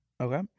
Okay